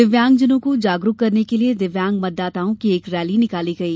दिव्यांग जनों को जागरूक करने के लिये दिव्यांग मतदाताओं की एक रैली निकाली गई